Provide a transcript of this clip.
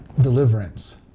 deliverance